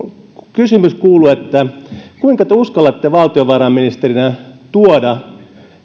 kysymys kuuluu kuinka te uskallatte valtiovarainministerinä tuoda